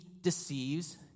deceives